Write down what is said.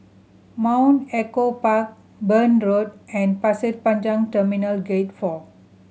Mount Echo Park Burn Road and Pasir Panjang Terminal Gate Four